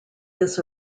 this